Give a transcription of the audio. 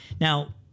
Now